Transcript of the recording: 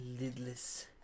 lidless